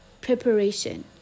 preparation